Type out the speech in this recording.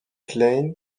klein